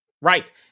Right